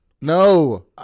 No